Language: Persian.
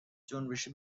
جنبش